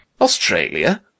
Australia